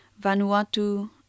Vanuatu